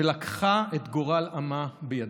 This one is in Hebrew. ולקחה את גורל עמה בידה.